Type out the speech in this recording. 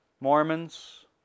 Mormons